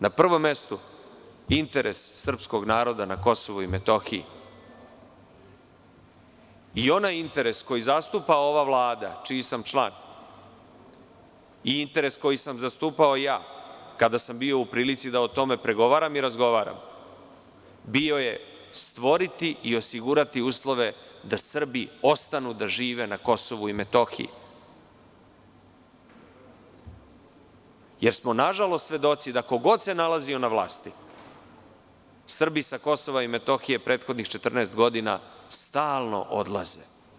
Na prvom mestu interes srpskog naroda na Kosovu i Metohiji i onaj interes koji zastupa ova vlada čiji sam član i interes koji sam zastupao ja kada sam bio u prilici da o tome pregovaram i razgovaram bio je stvoriti i osigurati uslove da Srbi ostanu da žive na Kosovu i Metohiji, jer smo nažalost svedoci da, ko god se nalazio na vlasti, Srbi sa Kosova i Metohije prethodnih 14 godina stalno odlaze.